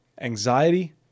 anxiety